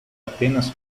apenas